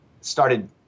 started